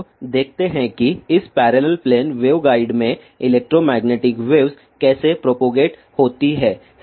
अब देखते हैं कि इस पैरेलल प्लेन वेवगाइड में इलेक्ट्रोमैग्नेटिक वेव्स कैसे प्रोपेगेट होती है